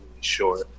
short